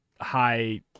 high